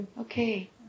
okay